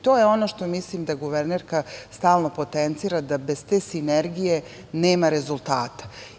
To je ono što mislim da guvernerka stalno potencira da bez te sinergije nema rezultata.